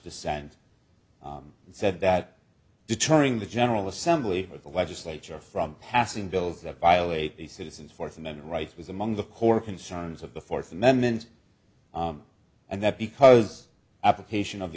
dissent said that deterring the general assembly of the legislature from passing bills that violate the citizens fourth and then rights was among the core concerns of the fourth amendment and that because application of